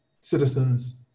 citizens